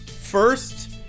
first